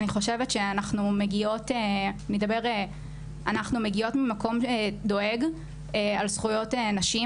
אני חושבת שאנחנו מגיעות ממקום דואג על זכויות נשים.